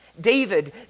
David